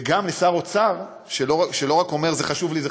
וגם לשר אוצר שלא רק אומר: זה חשוב לי,